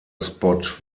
spot